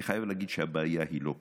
אני חייב להגיד שהבעיה היא לא כסף,